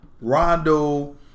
Rondo